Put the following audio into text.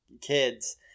kids